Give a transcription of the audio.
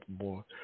more